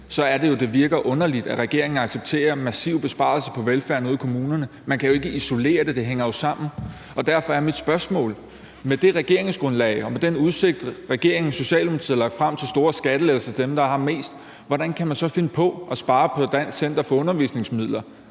det virker underligt, at regeringen accepterer massive besparelser på velfærden ude i kommunerne. Man kan jo ikke isolere det; det hænger jo sammen. Derfor er mit spørgsmål: Med det regeringsgrundlag og med den udsigt, regeringen og Socialdemokratiet har lagt frem, til store skattelettelser til dem, der har mest, hvordan kan man så finde på at spare på CFU Danmark, Center for Undervisningsmidler,